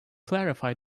clarify